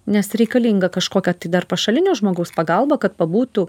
nes reikalinga kažkokia tai dar pašalinio žmogaus pagalba kad pabūtų